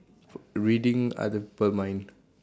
reading other people mind